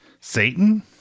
Satan